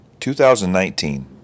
2019